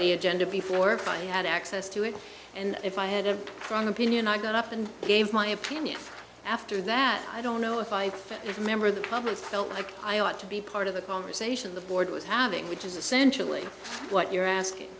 the agenda before if i had access to it and if i had a strong opinion i got up and gave my opinion after that i don't know if i remember the comment felt like i ought to be part of the conversation the board was having which is essentially what you're asking